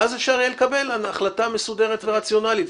ואז אפשר יהיה לקבל החלטה מסודרת ורציונלית.